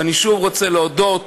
ואני שוב רוצה להודות